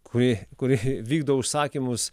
kuri kuri vykdo užsakymus